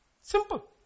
Simple